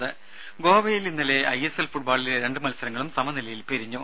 രുര ഗോവയിൽ ഇന്നലെ ഐഎസ്എൽ ഫുട്ബോളിലെ രണ്ട് മത്സരങ്ങളും സമനിലയിൽ പിരിഞ്ഞു